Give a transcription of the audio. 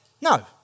no